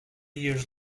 years